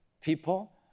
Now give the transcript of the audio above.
people